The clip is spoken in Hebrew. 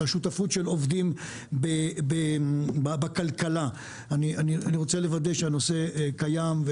השותפות של עובדים בכלכלה אני רוצה לוודא שהנושא הזה קיים.